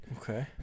Okay